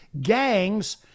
gangs